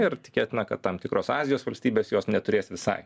ir tikėtina kad tam tikros azijos valstybės jos neturės visai